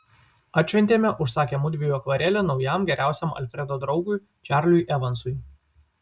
atšventėme užsakę mudviejų akvarelę naujam geriausiam alfredo draugui čarliui evansui